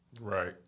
Right